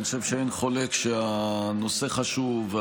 אני חושב שאין חולק שהנושא חשוב.